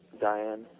Diane